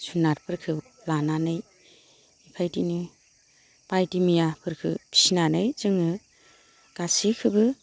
जुनारफोरखौ लानानै बेबायदिनो बायदिमैयाफोरखो फिनानै जोङो गासैखोबो